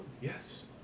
Yes